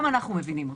גם אנחנו מבינים אותם.